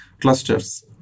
clusters